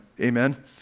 Amen